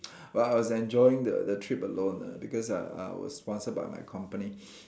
but I was enjoying the the trip alone ah because I I was sponsored by my company